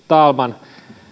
talman